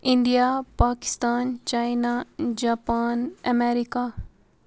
India Pakistan China Japan America